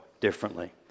differently